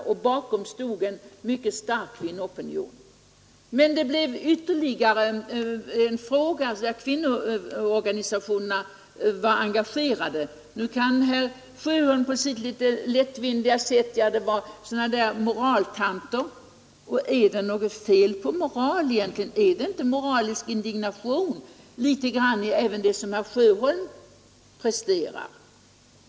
Bakom de här förbättringarna stod en mycket stark kvinnoopinion. Kvinnoorganisationerna blev emellertid på detta sätt engagerade i ytterligare en fråga. Nu kan herr Sjöholm på sitt litet lättvindiga sätt säga: det var sådana där moraltanter! Är det något fel på moral egentligen? Är det inte litet grand moralisk indignation även i det som herr Sjöholm presterar?